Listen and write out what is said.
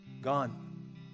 gone